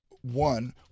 one